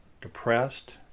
depressed